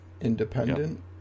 Independent